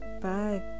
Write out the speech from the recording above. Bye